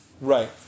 Right